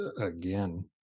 again